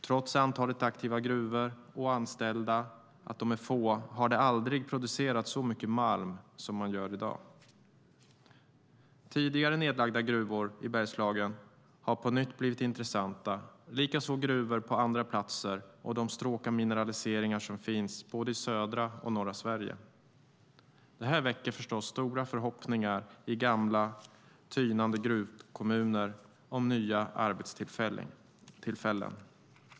Trots att antalet aktiva gruvor och anställda är litet har det aldrig producerats så mycket malm som i dag. Tidigare nedlagda gruvor i Bergslagen har på nytt blivit intressanta, likaså gruvor på andra platser och de stråk av mineraliseringar som finns i södra och norra Sverige. Detta väcker förstås stora förhoppningar i gamla tynande gruvkommuner om nya arbetstillfällen.